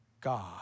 God